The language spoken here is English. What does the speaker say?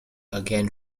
again